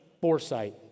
foresight